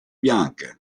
bianche